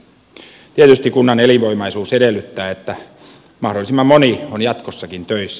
tietysti kunnan elinvoimaisuus edellyttää että mahdollisimman moni on jatkossakin töissä